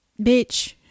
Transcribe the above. bitch